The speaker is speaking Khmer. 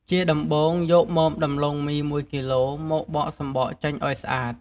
ជាដំបូងយកមើមដំឡូងមី១គីឡូ មកបកសំបកចេញឲ្យស្អាត ។